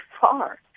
far